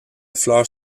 fleurs